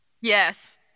Yes